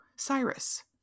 Cyrus